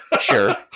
sure